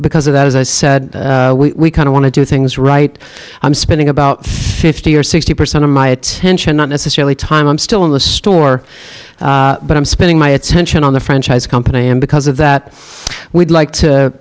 because of that as i said we want to do things right i'm spending about fifty or sixty percent of my attention not necessarily time i'm still in the store but i'm spending my attention on the franchise company and because of that we'd like to